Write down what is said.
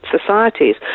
societies